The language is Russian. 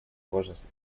важность